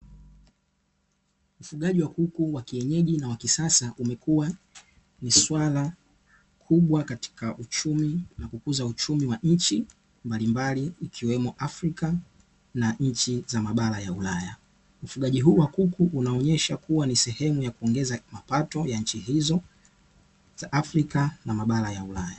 Ufugaji wa kuku wa kienyeji na wa kisasa, umekuwa ni swala kubwa katika uchumi na kukuza uchumi wa nchi, mbalimbali ikiwemo Afrika na nchi za mabara ya Ulaya. Ufugaji huu wa kuku, unaonyesha kuwa ni sehemu ya kuongeza mapato ya nchi hizo, za Afrika na mabara ya Ulaya.